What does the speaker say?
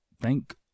thank